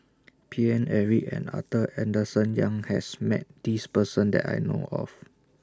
Paine Eric and Arthur Henderson Young has Met This Person that I know of